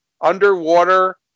underwater